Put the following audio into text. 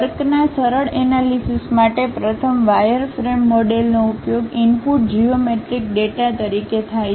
વર્કના સરળ એનાલિસિસ માટે પ્રથમ વાયરફ્રેમ મોડેલનો ઉપયોગ ઇનપુટ જીઓમેટ્રિક ડેટા તરીકે થાય છે